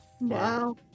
Wow